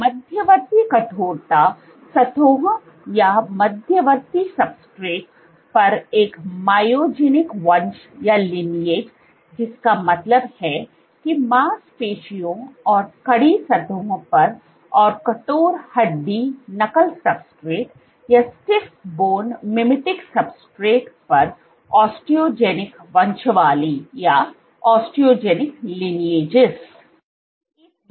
मध्यवर्ती कठोरता सतहों या मध्यवर्ती सब्सट्रेट पर एक मायोजेनिक वंश जिसका मतलब है कि मांसपेशियों और कड़ी सतहों पर और कठोर हड्डी नकल सब्सट्रेट पर ओस्टोजेनिक वंशावली